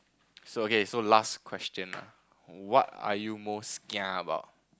so okay so last question ah what are you most kia about